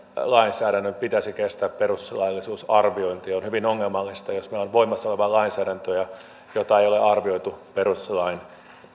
lainsäädännön pitäisi kestää perustuslaillisuusarviointia on hyvin ongelmallista jos meillä on voimassa olevaa lainsäädäntöä jota ei ole arvioitu perustuslain